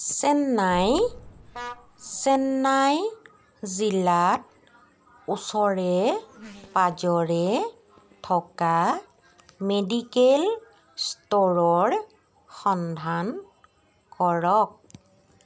চেন্নাই চেন্নাই জিলাত ওচৰে পাঁজৰে থকা মেডিকেল ষ্ট'ৰৰ সন্ধান কৰক